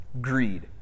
greed